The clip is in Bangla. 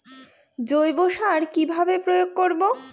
জৈব সার কি ভাবে প্রয়োগ করব?